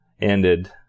ended